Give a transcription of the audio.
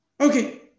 Okay